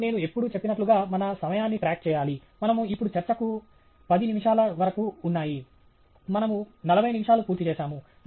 మరియు నేను ఎప్పుడూ చెప్పినట్లుగా మన సమయాన్ని ట్రాక్ చేయాలి మనము ఇప్పుడు మన చర్చకు 10 నిమిషాల వరకు ఉన్నాయి మనము 40 నిమిషాలు పూర్తి చేసాము